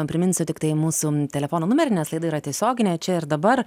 priminsiu tiktai mūsų telefono numerį nes laida yra tiesioginė čia ir dabar